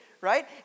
right